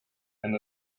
and